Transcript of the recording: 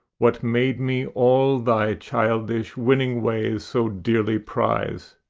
what made me all thy childish, winning ways so dearly prize?